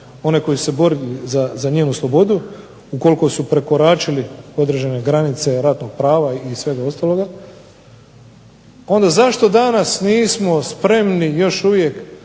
one koji se bore za njenu slobodu ukoliko su prekoračili određene granice ratnog prava ili svega ostaloga onda zašto danas nismo spremni još uvijek